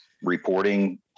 reporting